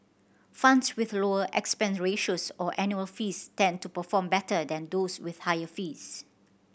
funds with lower expense ratios or annual fees tend to perform better than those with higher fees